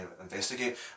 investigate